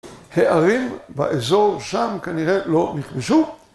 ‫הערים באזור שם כנראה לא נכבשו